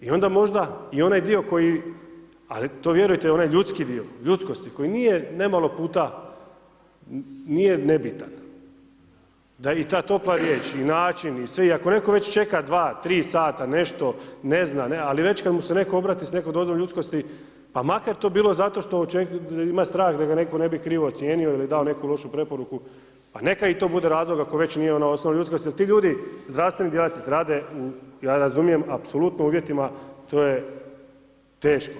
I onda možda i onaj dio koji ali to vjerujte to onaj ljudski dio, ljudskosti koji nije nemalo puta nije nebitan da i ta topla riječ i način i sve, ako već netko čeka 2-3 h nešto ne zna, ali već kada mu se netko obrati sa nekom dozom ljudskosti, pa makar to bilo zato što ima strah da ga netko ne bi krivo ocijenio ili dao neku lošu preporuku, pa neka i to bude razlog, ako već nije ono osnovno ljudskosti, jer ti ljudi, zdravstveni djelatnici, u ja razumijem, apsolutno uvjetima, to je teško.